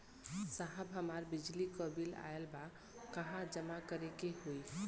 साहब हमार बिजली क बिल ऑयल बा कहाँ जमा करेके होइ?